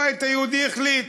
הבית היהודי החליט,